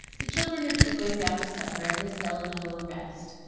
the children are just going down to supper, and miss delano will rest.